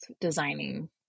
designing